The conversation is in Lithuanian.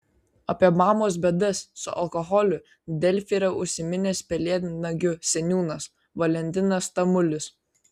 apie mamos bėdas su alkoholiu delfi yra užsiminęs pelėdnagių seniūnas valentinas tamulis